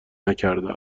نکرده